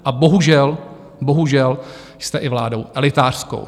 A bohužel, bohužel jste i vládou elitářskou.